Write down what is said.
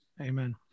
Amen